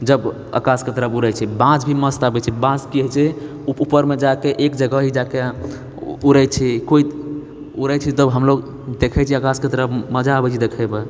जब आकाशके तरफ उड़ैछै बाँज भी मस्त अबैत छे बाँज कि होइत छै उपरमे जाके एक जगह ही जाके उड़ैछै कोइ उड़ैछै तब हमलोग देखैछिये आकाशके तरफ मजा अबैत छै देखैमे